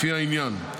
לפי העניין,